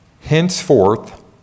Henceforth